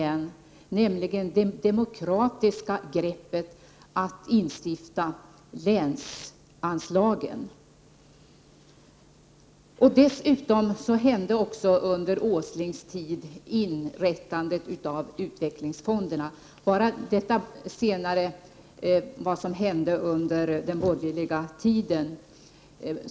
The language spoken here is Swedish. Han tog nämligen det demokratiska greppet att instifta länsanslagen. Dessutom inrättades också under Åslings tid utvecklingsfonderna. Detta sistnämnda är menat som en liten upplysning om vad som hände under den borgerliga tiden.